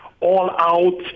all-out